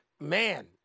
man